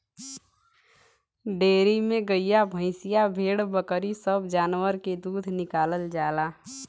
dairy में गइया भईंसिया भेड़ बकरी सब जानवर के दूध निकालल जाला